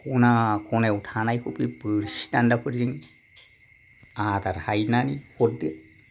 खना खनायाव थानायखौ बे बोरसि दान्दाफोरजों आदार हायनानै हरदो